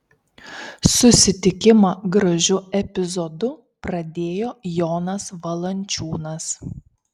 susitikimą gražiu epizodu pradėjo jonas valančiūnas